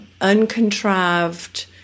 uncontrived